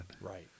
Right